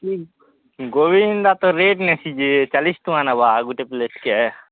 ହୁଁ ଗୋବିନ୍ଦା ତ ରେଟ୍ ନେସିଛି ଚାଳିଶ୍ ଟଙ୍କା ନବ ଆଉ ଗୋଟେ ପ୍ଲେଟ୍ କେ